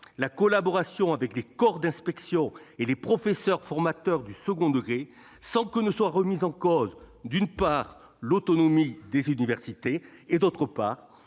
la collaboration avec les corps d'inspection et les professeurs formateurs du second degré, sans que soit remise en cause l'autonomie des universités, mais de